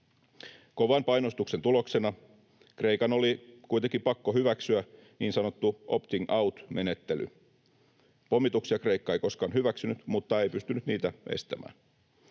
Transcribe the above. Kovan painostuksen tuloksena Kreikan oli kuitenkin pakko hyväksyä niin sanottu opting out -menettely. Pommituksia Kreikka ei koskaan hyväksynyt mutta ei pystynyt niitä estämään.